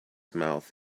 mouth